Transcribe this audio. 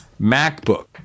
MacBook